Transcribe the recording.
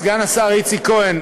סגן השר איציק כהן,